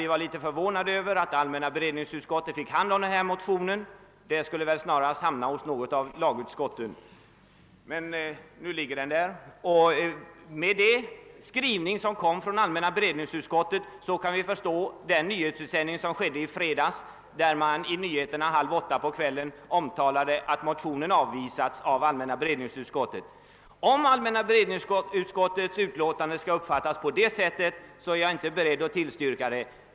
Vi var något förvånade över att allmänna beredningsutskottet fick hand om vår motion; den borde väl snarare ha hamnat hos något av lagutskotten. Med den skrivning som allmänna beredningsutskottet gjort kan vi förstå att man i nyhetsutsändningen kl. 19.30 i fredags omtalade att motionen hade avvisats av allmänna beredningsutskottet. Om allmänna beredningsutskottets utlåtande skall uppfattas på det sättet, är jag inte beredd att tillstyrka det.